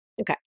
Okay